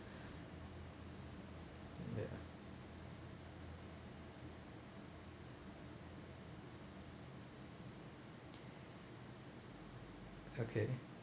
okay